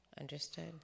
Understood